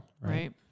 Right